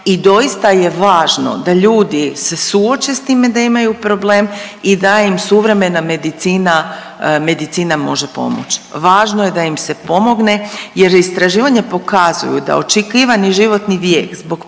i doista je važno da ljudi se suoče s time da imaju problem i da im suvremena medicina, medicina može pomoći. Važno je da im se pomogne jer istraživanja pokazuju da očekivani životni vijek zbog